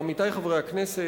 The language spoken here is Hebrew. עמיתי חברי הכנסת,